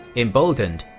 emboldened,